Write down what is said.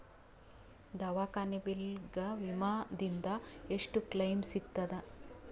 ದವಾಖಾನಿ ಬಿಲ್ ಗ ವಿಮಾ ದಿಂದ ಎಷ್ಟು ಕ್ಲೈಮ್ ಸಿಗತದ?